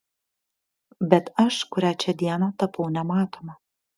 bet aš kurią čia dieną tapau nematoma